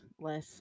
less